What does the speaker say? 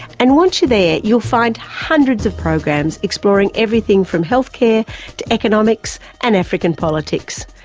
and once you're there you'll find hundreds of programs exploring everything from health care to economics and african politics.